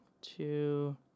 two